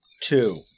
two